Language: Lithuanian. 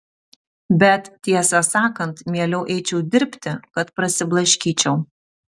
bet tiesą sakant mieliau eičiau dirbti kad prasiblaškyčiau